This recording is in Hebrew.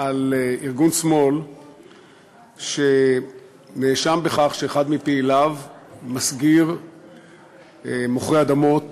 על ארגון שמאל שנאשם בכך שאחד מפעיליו מסגיר מוכרי אדמות